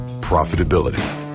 profitability